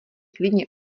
klidně